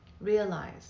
Realize